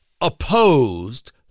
opposed